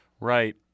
Right